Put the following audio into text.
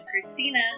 Christina